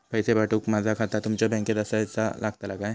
पैसे पाठुक माझा खाता तुमच्या बँकेत आसाचा लागताला काय?